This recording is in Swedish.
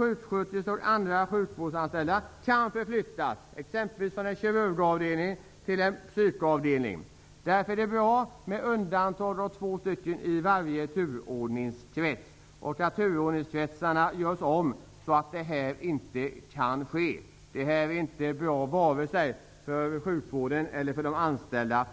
Sjuksköterskor och andra sjukvårdsanställda kan förflyttas exempelvis från en kirurgisk avdelning till en psykiatrisk. Därför är det bra att man kan undanta två personer i varje turordningskrets och att turordningskretsarna görs om så att det här inte kan ske. Det här är inte bra, varken för sjukvården eller för de anställda.